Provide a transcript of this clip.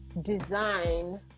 design